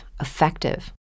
effective